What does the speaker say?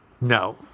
No